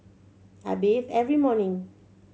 I bathe every morning